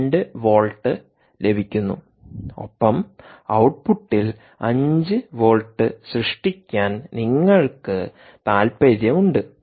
2 volt ലഭിക്കുന്നു ഒപ്പം ഔട്ട്പുട്ടിൽ 5 വോൾട്ട് സൃഷ്ടിക്കാൻ നിങ്ങൾക്ക് താൽപ്പര്യമുണ്ട്